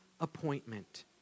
appointment